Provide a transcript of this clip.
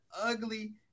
ugly